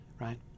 Right